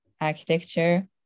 architecture